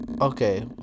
okay